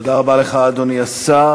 תודה רבה לך, אדוני השר.